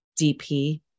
DP